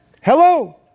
Hello